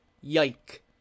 Yike